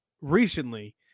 recently